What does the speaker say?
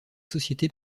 société